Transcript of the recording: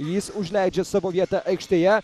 jis užleidžia savo vietą aikštėje